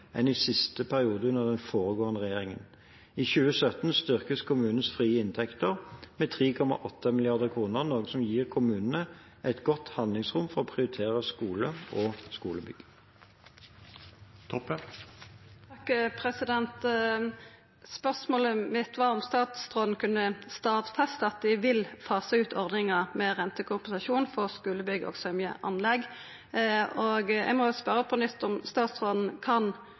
enn i siste periode under den foregående regjeringen. I 2017 styrkes kommunenes frie inntekter med 3,8 mrd. kr, noe som gir kommunene et godt handlingsrom til å prioritere skole og skolebygg. Spørsmålet mitt var om statsråden kunne stadfesta at dei vil fasa ut ordninga med rentekompensasjon for skulebygg og symjeanlegg. Og eg må spørja på nytt om statsråden kan